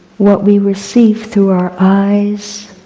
what we receive through our eyes,